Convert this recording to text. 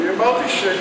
אני אמרתי,